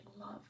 love